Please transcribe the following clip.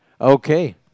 okay